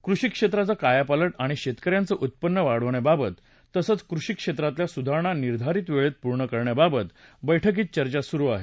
कृषीक्षेत्राचा कायापालट आणि शेतक यांचं उत्पन्न वाढवण्याबाबत तसंच कृषीक्षेत्रातल्या सुधारणा निर्धारित वेळेत पूर्ण करण्याबाबत बैठकीत चर्चा सुरु आहे